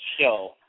show